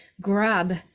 grab